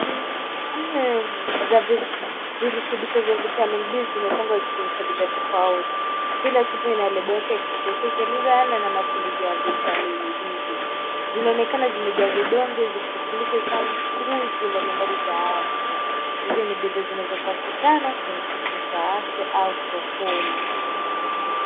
Tembe za virutubisho vya vitamin D zimepangwa zikionyesha bidhaa tofauti. Kila chupa ina lebo yake ya kipekee ikieleza aina na matumizi ya vitamin D hii. Zinaonekana zimejaa vidonge zikiwakilisha chaguzi mbalimbali za afya. Hizi ni bidhaa zinazopatikana kwenye kituo cha afya au sokoni.